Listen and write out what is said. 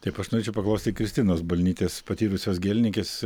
taip aš norėčiau paklausti kristinos balnytės patyrusios gėlininkės